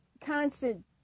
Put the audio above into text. constant